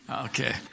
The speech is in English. Okay